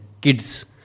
kids